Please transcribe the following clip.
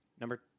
Number